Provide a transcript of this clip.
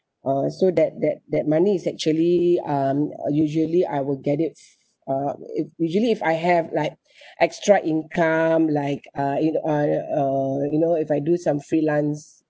uh so that that that money is actually um uh usually I will get it uh if usually if I have like extra income like uh you know I uh you know if I do some freelance